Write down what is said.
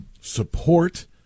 support